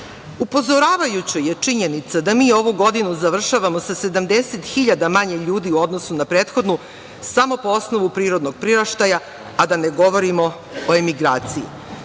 problema. Upozoravajuća je činjenica da mi ovu godinu završavamo sa 70.000 manje ljudi u odnosu na prethodnu samo po osnovu prirodnog priraštaja, a da ne govorimo o emigraciji.